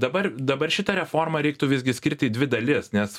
dabar dabar šitą reformą reiktų visgi skirti į dvi dalis nes